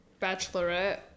bachelorette